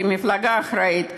כמפלגה אחראית,